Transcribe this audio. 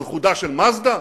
על חודה של "מאזדה"?